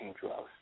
drugs